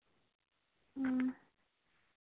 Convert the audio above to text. ᱦᱮᱸ